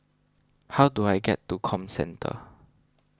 how do I get to Comcentre